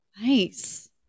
Nice